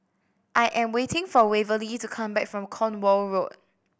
I am waiting for Waverly to come back from Cornwall Road